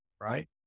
right